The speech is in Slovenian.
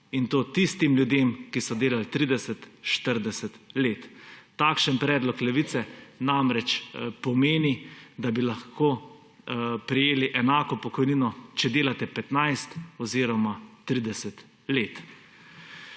in to tistim ljudem, ki so delali 30, 40 let. Takšen predlog Levice namreč pomeni, da bi lahko prejeli enako pokojnino, če delate 15 oziroma 30 let.